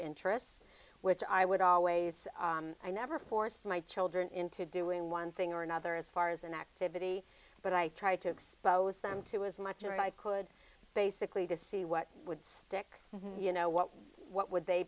interests which i would always i never forced my children into doing one thing or another as far as an activity but i tried to expose them to as much as i could basically to see what would stick you know what what would they